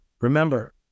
remember